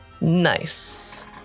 Nice